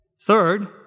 Third